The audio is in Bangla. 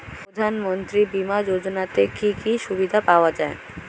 প্রধানমন্ত্রী বিমা যোজনাতে কি কি সুবিধা পাওয়া যায়?